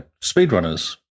Speedrunners